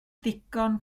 ddigon